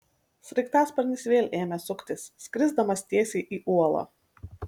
sraigtasparnis vėl ėmė suktis skrisdamas tiesiai į uolą